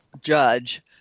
judge